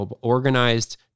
organized